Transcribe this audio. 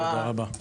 תודה רבה.